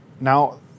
now